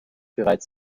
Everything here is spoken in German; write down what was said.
bereits